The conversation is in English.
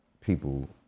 people